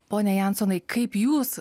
pone jansonai kaip jūs